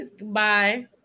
bye